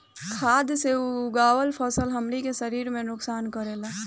खाद्य से उगावल फसल हमनी के शरीर के नुकसान करेला